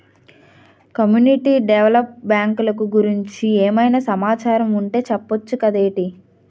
community develop బ్యాంకులు గురించి ఏమైనా సమాచారం ఉంటె చెప్పొచ్చు కదేటి